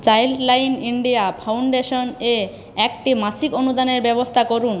Childline India ফাউন্ডেশানে একটি মাসিক অনুদানের ব্যবস্থা করুন